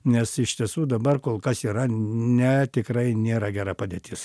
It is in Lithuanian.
nes iš tiesų dabar kol kas yra ne tikrai nėra gera padėtis